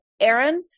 Aaron